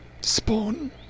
spawn